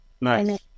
Nice